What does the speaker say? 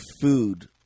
food